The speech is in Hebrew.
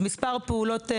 נעשו מספר פעולות.